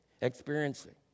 experiencing